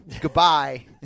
goodbye